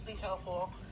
helpful